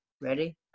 Ready